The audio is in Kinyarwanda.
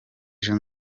ejo